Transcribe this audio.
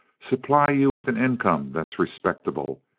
supply you with an income that's respectable,